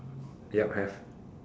yup have